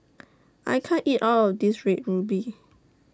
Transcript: I can't eat All of This Red Ruby